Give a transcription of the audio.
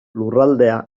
lurraldea